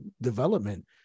development